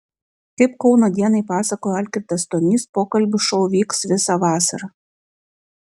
kaip kauno dienai pasakojo algirdas stonys pokalbių šou vyks visą vasarą